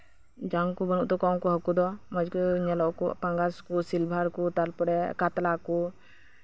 ᱡᱟᱝ ᱠᱚ ᱵᱟᱹᱱᱩᱜ ᱛᱟᱠᱚᱣᱟ ᱢᱚᱸᱡᱜᱮ ᱧᱮᱞᱚᱜ ᱟᱠᱚ ᱯᱟᱸᱜᱟᱥ ᱠᱚ ᱥᱤᱞᱵᱷᱟᱨ ᱠᱚ ᱛᱟᱨᱯᱚᱨᱮ ᱠᱟᱛᱞᱟ ᱠᱚ